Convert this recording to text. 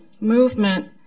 movement